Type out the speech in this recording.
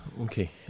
Okay